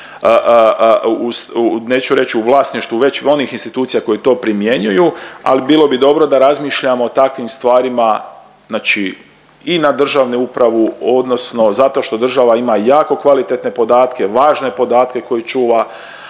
neću reć u vlasništvu već onih institucija koje to primjenjuju ali bilo bi dobro da razmišljamo o takvim stvarima znači i na državnu upravu odnosno zato što država ima jako kvalitetne podatke, važne podatke koje čuva